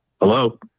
Hello